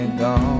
gone